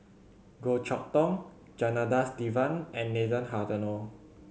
Goh Chok Tong Janadas Devan and Nathan Hartono